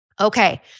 Okay